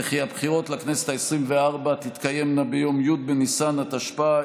וכי הבחירות לכנסת העשרים-וארבע תתקיימנה ביום י' בניסן התשפ"א,